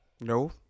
no